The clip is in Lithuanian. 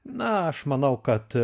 na aš manau kad